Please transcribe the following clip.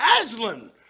Aslan